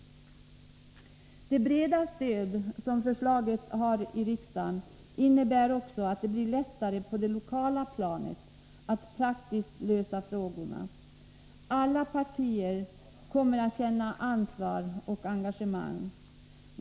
Det breda stöd som förslaget har i riksdagen innebär också att det blir lättare att på det lokala planet praktiskt lösa frågorna. Alla partier kommer att känna ansvar och engagemang.